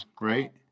right